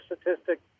statistic